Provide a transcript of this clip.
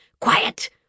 Quiet